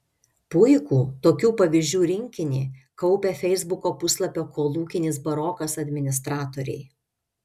puikų tokių pavyzdžių rinkinį kaupia feisbuko puslapio kolūkinis barokas administratoriai